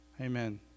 amen